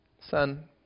Son